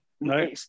No